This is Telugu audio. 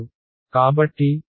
కాబట్టి pN0